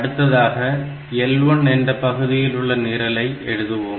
அடுத்ததாக L1 என்ற பகுதியில் உள்ள நிரலை எழுதுவோம்